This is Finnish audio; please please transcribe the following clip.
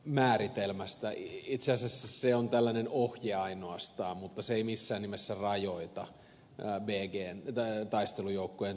itse asiassa se on tällainen ohje ainoastaan mutta se ei missään nimessä rajoita bgn taistelujoukkojen toimintaa